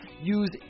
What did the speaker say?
use